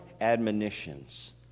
admonitions